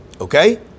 Okay